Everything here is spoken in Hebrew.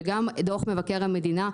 וגם דוח מבקר המדינה,